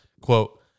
quote